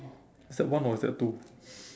is that one or is that two